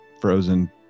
frozen